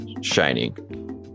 shining